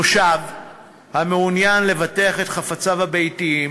תושב המעוניין לבטח את חפציו הביתיים